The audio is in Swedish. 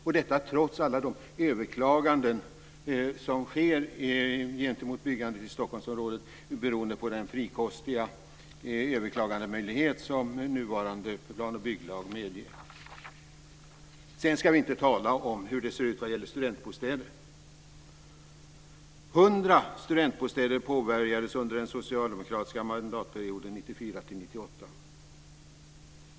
Det byggs trots alla de överklaganden som sker gentemot byggandet i Stockholmsområdet beroende på den frikostiga överklagandemöjlighet som nuvarande plan och bygglag medger. Sedan ska vi inte tala om hur det ser ut vad gäller studentbostäder. 100 studentbostäder påbörjades under den socialdemokratiska mandatperioden 1994 1998.